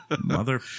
Mother